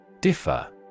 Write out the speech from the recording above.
Differ